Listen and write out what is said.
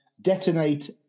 Detonate